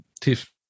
Tiff